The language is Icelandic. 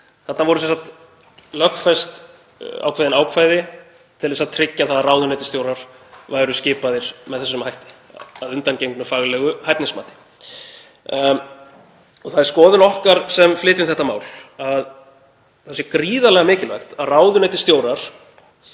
Þarna voru sem sagt lögfest ákveðin ákvæði til að tryggja að ráðuneytisstjórar væru skipaðir með þessum hætti, að undangengnu faglegu hæfnismati. Það er skoðun okkar sem flytjum þetta mál að það sé gríðarlega mikilvægt að ráðuneytisstjórar